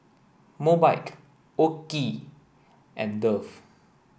Mobike OKI and Dove